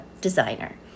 designer